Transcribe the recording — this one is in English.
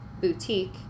boutique